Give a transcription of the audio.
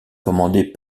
commandés